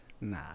Nah